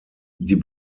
die